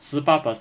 十八 perc~